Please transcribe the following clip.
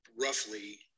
roughly